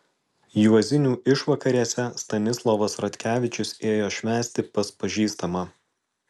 juozinių išvakarėse stanislovas ratkevičius ėjo švęsti pas pažįstamą